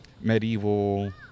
Medieval